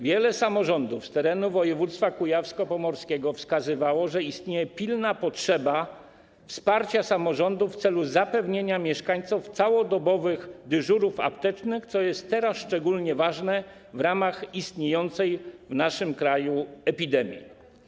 Wiele samorządów z terenu województwa kujawsko-pomorskiego wskazywało, że istnieje pilna potrzeba wsparcia samorządów w celu zapewnienia mieszkańcom całodobowych dyżurów aptecznych, co jest teraz szczególnie ważne wobec istniejącej w naszym kraju epidemii.